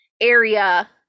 area